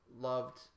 loved